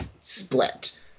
split